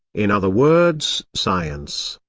in other words science.